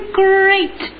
great